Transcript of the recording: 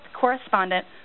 Correspondent